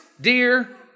dear